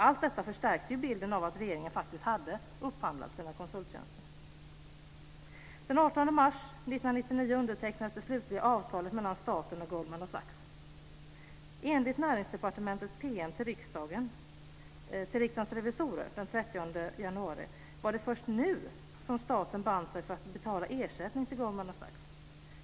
Allt detta förstärkte bilden av att regeringen faktiskt hade upphandlat sina konsulttjänster. Näringsdepartementets PM till Riksdagens revisorer den 30 januari var det först nu som staten band sig för att betala ersättning till Goldman Sachs.